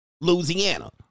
Louisiana